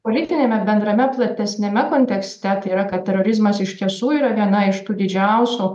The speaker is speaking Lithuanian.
politiniame bendrame platesniame kontekste tai yra kad terorizmas iš tiesų yra viena iš tų didžiausių